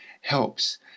helps